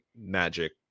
magic